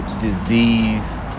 Disease